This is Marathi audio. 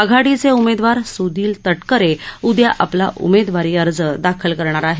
आघाडीचे उमेदवार सुनील तटकरे उद्या आपला उमेदवारी अर्ज दाखल करणार आहेत